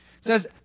says